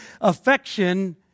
affection